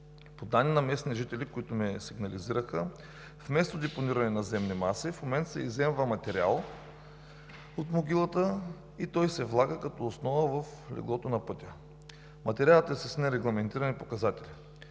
По данни на местни жители, които ми сигнализираха, вместо депониране на земни маси, в момента се изземва материал от Могилата и той се влага като основа в леглото на пътя. Материалът е с нерегламентирани показатели.